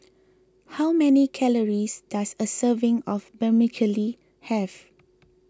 how many calories does a serving of Vermicelli have